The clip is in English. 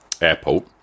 airport